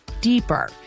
deeper